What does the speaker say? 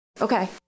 Okay